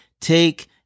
Take